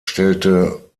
stellte